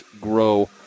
grow